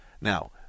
Now